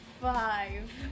five